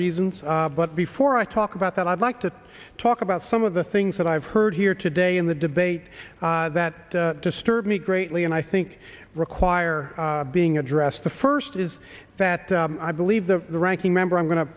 reasons but before i talk about that i'd like to talk about some of the things that i've heard here today in the debate that disturb me greatly and i think require being addressed the first is that i believe the ranking member i'm go